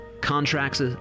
contracts